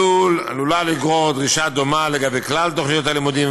עלולה לגרור דרישה דומה לגבי כלל תוכניות הלימודים.